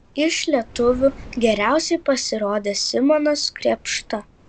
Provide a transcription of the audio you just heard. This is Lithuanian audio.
iš lietuvių geriausiai pasirodė simonas krėpšta